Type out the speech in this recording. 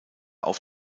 auf